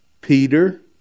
Peter